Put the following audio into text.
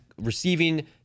receiving